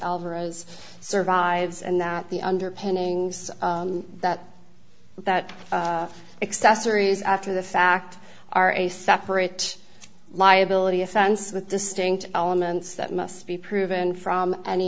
alvarez survives and that the underpinnings that that accessories after the fact are a separate liability offense with distinct elements that must be proven from any